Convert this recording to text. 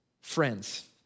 Friends